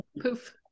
poof